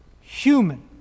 human